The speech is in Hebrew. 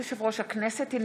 ם,